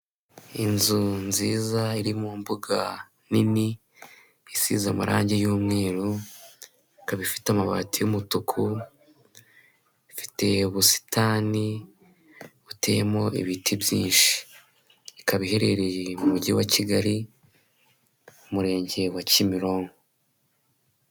Inzu nziza iri mu mbuga nini, isize amarangi y'umweru, ikaba ifite amabati y'umutuku. Ifite ubusitani buteyemo ibiti byinshi, ikaba iherereye mu mujyi wa Kigali umurenge wa Kimironko.